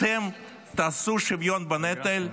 אתם תעשו שוויון בנטל?